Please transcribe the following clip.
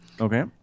Okay